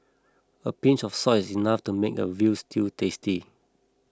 a pinch of salt is enough to make a Veal Stew tasty